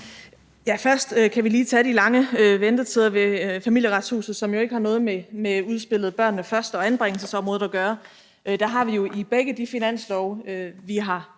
Først kan vi lige tage de lange ventetider ved Familieretshuset, som jo ikke har noget med udspillet »Børnene Først« og anbringelsesområdet at gøre. Der har vi jo i begge de finanslove, vi har